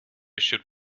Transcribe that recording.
should